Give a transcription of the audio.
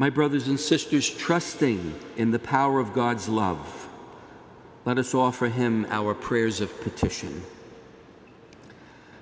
my brothers and sisters trusting in the power of god's love let us offer him our prayers a petition